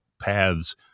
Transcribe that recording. paths